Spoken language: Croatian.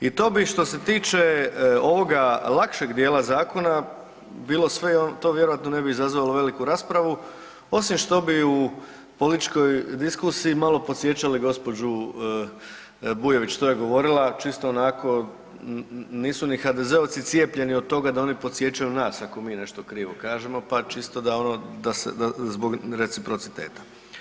I to bi što se tiče ovoga lakšeg dijela zakona bilo sve i to vjerojatno ne bi izazvalo veliku raspravu osim što bi u političkoj diskusiji malo podsjećali gospođu Bujević što je govorila čisto onako, nisu ni HDZ-ovci cijepljeni od toga da oni podsjećaju nas ako mi nešto krivo kažemo pa čisto da ono da se zbog reciprociteta.